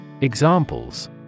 Examples